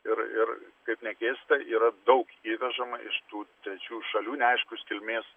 ir ir kaip nekeista yra daug įvežama iš tų trečių šalių neaiškios kilmės